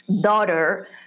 daughter